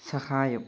സഹായം